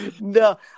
No